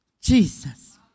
Jesus